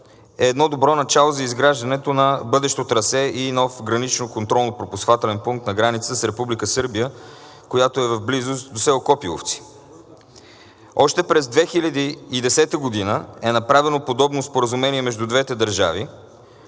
е едно добро начало за изграждането на бъдещо трасе и нов граничен контролно-пропускателен пункт на границата с Република Сърбия, която е в близост до село Копиловци. Още през 2010 г. е направено подобно споразумение между двете държави,